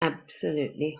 absolutely